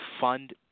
fund